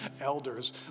elders